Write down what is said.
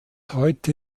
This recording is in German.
heute